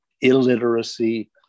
illiteracy